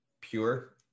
pure